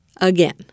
again